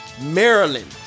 Maryland